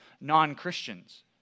non-Christians